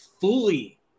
fully